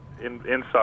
inside